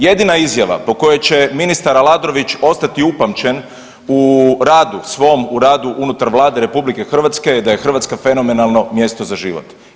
Jedina izjava po kojoj će ministar Aladrović ostati upamćen u radu svom u radu unutar Vlade RH da je Hrvatska fenomenalno mjesto za život.